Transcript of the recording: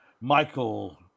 Michael